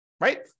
right